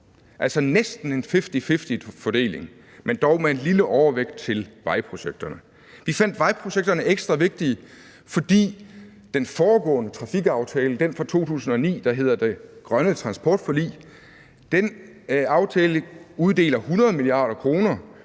altså næsten en fifty-fifty-fordeling, men dog med en lille overvægt til vejprojekterne. Vi fandt vejprojekterne ekstra vigtige, fordi den foregående trafikaftale – den fra 2009, der hedder »En grøn transportpolitik« – uddeler 100 mia. kr.